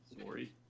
Sorry